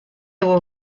were